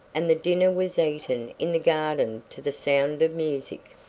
and the dinner was eaten in the garden to the sound of music.